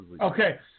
Okay